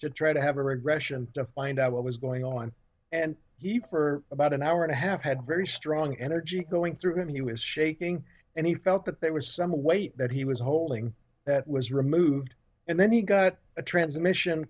to try to have a regression to find out what was going on and he for about an hour to have had very strong energy going through him and he was shaking and he felt that there was some weight that he was holding that was removed and then he got a transmission